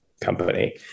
company